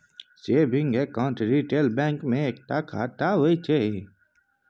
saving account retail bank मे एकता खाता होइ छै